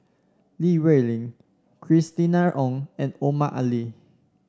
Li Rulin Christina Ong and Omar Ali